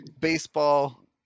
baseball